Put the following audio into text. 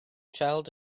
child